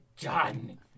done